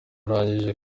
arangije